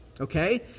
okay